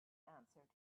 answered